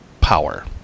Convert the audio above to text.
power